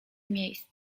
miejsc